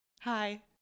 Hi